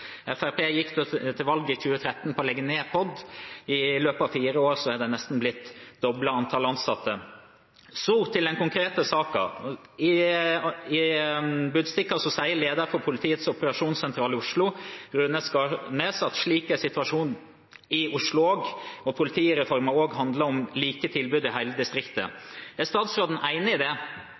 gikk i 2013 til valg på å legge ned POD, men i løpet av fire år er antallet ansatte nesten doblet. Så til den konkrete saken. I Budstikka sier lederen for politiets operasjonssentral i Oslo, Runar Skarnes, at slik er situasjonen i Oslo også, og politireformen handler om like tilbud i hele distriktet. Er statsråden enig i det?